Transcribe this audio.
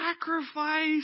sacrifice